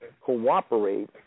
cooperate